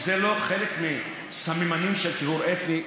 אם זה לא חלק מסממנים של טיהור אתני,